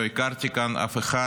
לא הכרתי כאן אף אחד.